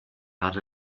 had